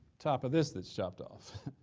top of this that's chopped off.